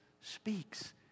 speaks